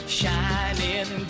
shining